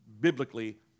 biblically